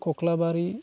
कक्लाबारि